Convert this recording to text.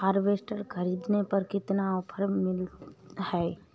Harvester ख़रीदने पर कितनी का ऑफर है?